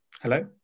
hello